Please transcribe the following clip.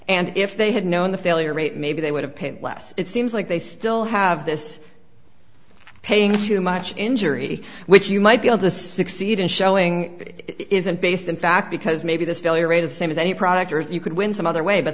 and if they had known the failure rate maybe they would have paid less it seems like they still have this paying too much injury which you might be able to succeed in showing isn't based in fact because maybe this failure rate is the same as any product or you could win some other way but